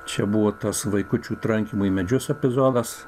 čia buvo tas vaikučių trankymo į medžius epizodas